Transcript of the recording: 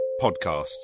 podcasts